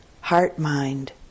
heart-mind